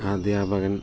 അധ്യാപകൻ